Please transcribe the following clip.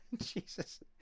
Jesus